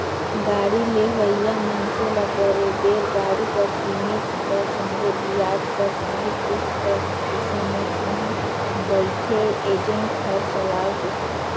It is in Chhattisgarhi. गाड़ी लेहोइया मइनसे ल बरोबेर गाड़ी कर कीमेत कर संघे बियाज कर संघे किस्त कर बिसे में उहां बइथे एजेंट हर सलाव देथे